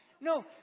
No